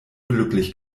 glücklich